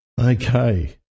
Okay